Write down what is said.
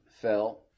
fell